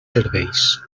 serveis